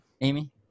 Amy